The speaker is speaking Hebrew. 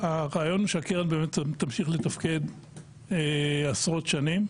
והרעיון הוא שהקרן תמשיך לתפקד עשרות שנים,